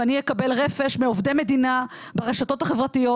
ואני אקבל רפש מעובדי מדינה ברשתות החברתיות,